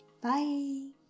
bye